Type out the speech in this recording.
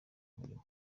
mirimo